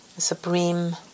supreme